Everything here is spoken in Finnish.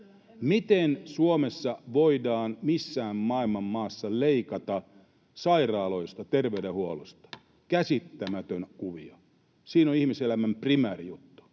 Miten Suomessa tai missään maailman maassa voidaan leikata sairaaloista, terveydenhuollosta? Käsittämätön kuvio. Siinä on ihmiselämän primäärijuttu.